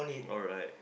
alright